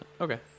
okay